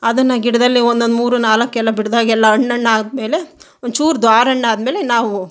ಅದನ್ನ ಗಿಡದಲ್ಲಿ ಒಂದೊಂದು ಮೂರು ನಾಲ್ಕೆಲ್ಲ ಗಿಡದಾಗೆಲ್ಲ ಹಣ್ಣು ಹಣ್ಣು ಆದಮೇಲೆ ಒಂಚೂರು ದ್ವಾರಣ್ಣು ಆದಮೇಲೆ ನಾವು